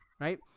right